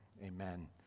Amen